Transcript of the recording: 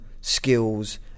skills